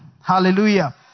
Hallelujah